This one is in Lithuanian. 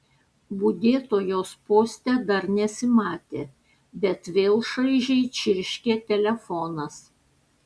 budėtojos poste dar nesimatė bet vėl šaižiai čirškė telefonas